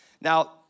Now